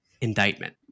indictment